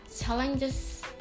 challenges